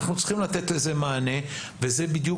אנחנו צריכים לתת לזה מענה, וזה בדיוק